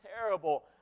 terrible